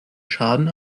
schaden